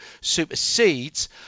supersedes